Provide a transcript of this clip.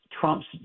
Trump's